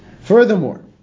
Furthermore